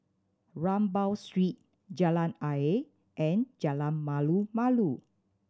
Rambau Street Jalan Ayer and Jalan Malu Malu